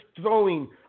throwing